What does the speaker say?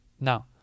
Now